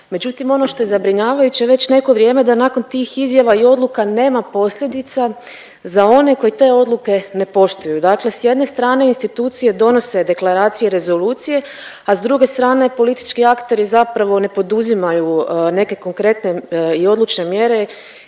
Međutim, ono što je zabrinjavajuće već neko vrijeme da nakon tih izjava i odluka nema posljedica za one koji te odluke ne poštuju. Dakle, s jedne strane institucije donose deklaracije i rezolucije, a s druge strane politički akteri zapravo ne poduzimaju neke konkretne i odlučne mjere